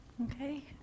Okay